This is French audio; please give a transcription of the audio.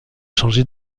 changé